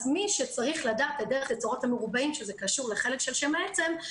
אז מי שצריך לדעת את דרך תצוגת המרובעים שזה קשור לחלק של שם העצם,